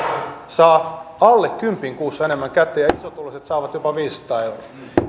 saa alle kympin kuussa enemmän käteen ja isotuloiset saavat jopa viisisataa euroa